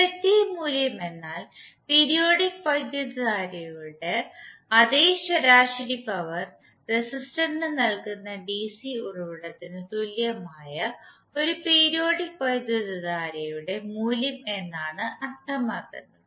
effective മൂല്യം എന്നാൽ periodic വൈദ്യുതധാരയുടെ അതേ ശരാശരി പവർ റെസിസ്റ്ററിന് നൽകുന്ന ഡിസി ഉറവിടത്തിന് തുല്യമായ ഒരു പീരിയോഡിക് വൈദ്യുതധാരയുടെ മൂല്യം എന്നാണ് അർത്ഥമാക്കുന്നത്